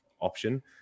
option